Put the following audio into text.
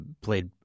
played